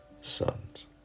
sons